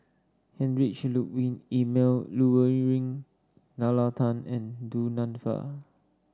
Heinrich Ludwig Emil Luering Nalla Tan and Du Nanfa